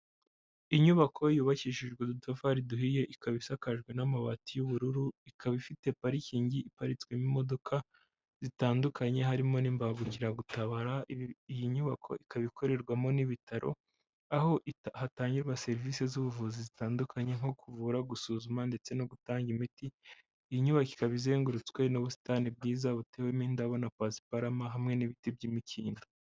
Inyubako yubakishijwe utudafari duhiye ikaba isakajwe n'amabati y'ubururu ikaba ifite parikingi iparitswemo imodoka zitandukanye harimo n'imbangukiragutabara, iyi nyubako ikaba ikorerwamo n'ibitaro aho hatangirwa serivisi z'ubuvuzi zitandukanye nko kuvura, gusuzuma ndetse no gutanga imiti, iyi inyubako ikaba izengurutswe n'ubusitani bwiza butewemo indabo na paspamure hamwe n'ibiti by'imikindo.